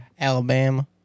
Alabama